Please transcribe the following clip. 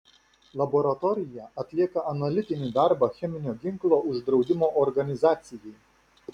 laboratorija atlieka analitinį darbą cheminio ginklo uždraudimo organizacijai